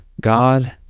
God